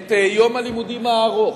את יום הלימודים הארוך,